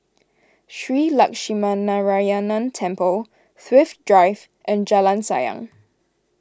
Shree Lakshminarayanan Temple Thrift Drive and Jalan Sayang